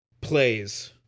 plays